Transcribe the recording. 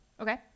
Okay